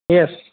yes